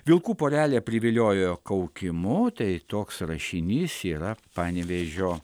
vilkų porelę priviliojo kaukimu tai toks rašinys yra panevėžio